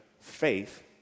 faith